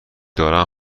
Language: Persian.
دارن